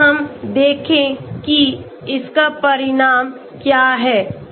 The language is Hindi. आइए हम देखें कि इसका परिणाम क्या है